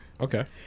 Okay